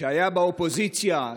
שהיה באופוזיציה,